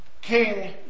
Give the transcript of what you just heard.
King